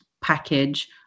package